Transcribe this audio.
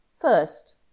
First